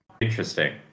Interesting